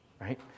right